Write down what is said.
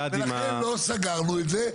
ולכן, לא סגרנו את זה.